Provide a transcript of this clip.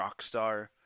Rockstar